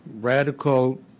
radical